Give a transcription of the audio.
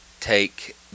take